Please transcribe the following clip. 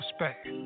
Respect